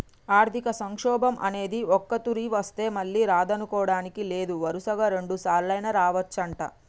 ఆర్థిక సంక్షోభం అనేది ఒక్కతూరి వస్తే మళ్ళీ రాదనుకోడానికి లేదు వరుసగా రెండుసార్లైనా రావచ్చంట